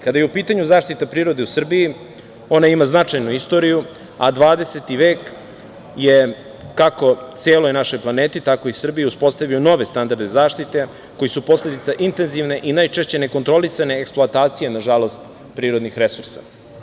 Kada je u pitanju zaštita prirode u Srbiji, ona ima značajnu istoriju, a 20. vek je, kako celoj našoj planeti, tako i Srbiju uspostavio nove standarde zaštite koji su posledica intenzivne i najčešće nekontrolisane eksploatacija, nažalost, prirodnih resursa.